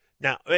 now